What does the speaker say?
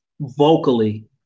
Vocally